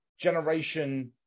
generation